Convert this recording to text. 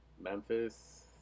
Memphis